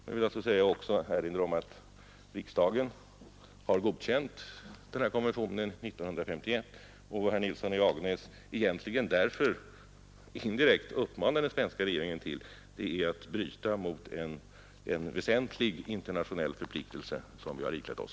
Jag vill erinra om att riksdagen har godkänt detta förfarande 1951 och att herr Nilsson i Agnäs därför egentligen indirekt uppmanar den svenska regeringen att bryta mot en väsentlig internationell förpliktelse som vi har iklätt oss.